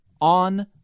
on